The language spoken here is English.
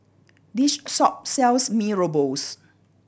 this shop sells Mee Rebus